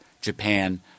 Japan